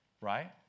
right